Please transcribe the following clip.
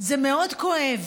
זה מאוד כואב.